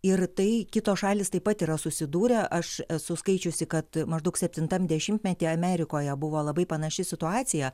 ir tai kitos šalys taip pat yra susidūrę aš esu skaičiusi kad maždaug septintam dešimtmetyje amerikoje buvo labai panaši situacija